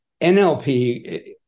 NLP